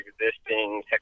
existing